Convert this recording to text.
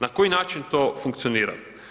Na koji način to funkcionira?